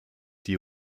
die